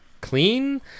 clean